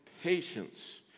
patience